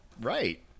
Right